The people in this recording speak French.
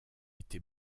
été